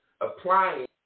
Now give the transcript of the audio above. applying